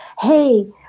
Hey